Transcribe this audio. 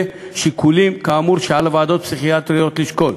שיקולים כאמור שעל ועדות פסיכיאטריות לשקול.